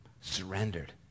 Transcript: surrendered